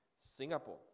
Singapore